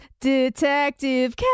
detective